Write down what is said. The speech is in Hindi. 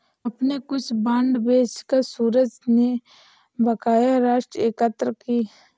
अपने कुछ बांड बेचकर सूरज ने बकाया राशि एकत्र की